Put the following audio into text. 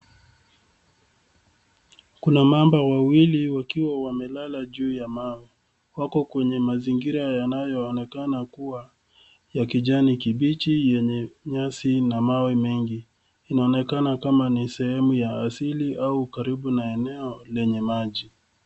Kuna mamba wawili wakiwa wamelala juu ya mawe. Wako kwenye mazingira yanayoonekana kuwa ya kijani kibichi yenye nyasi na mawe mengi. Inaonekana kama ni sehemu ya asili au karibu na eneo lenye maji.